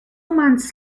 months